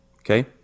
Okay